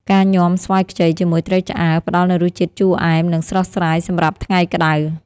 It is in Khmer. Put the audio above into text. ការញ៉ាំស្វាយខ្ចីជាមួយត្រីឆ្អើរ ផ្តល់នូវរសជាតិជូរអែម និងស្រស់ស្រាយសម្រាប់ថ្ងៃក្តៅ។